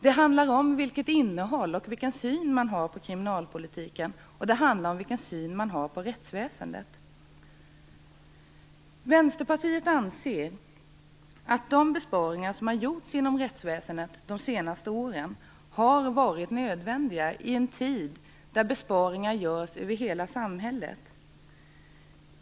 Det handlar om vilket innehåll man ger och vilken syn man har på kriminalpolitiken, och det handlar om vilken syn man har på rättsväsendet. Vänsterpartiet anser att de besparingar som har gjorts inom rättsväsendet de senaste åren har varit nödvändiga i en tid då besparingar görs över hela samhället.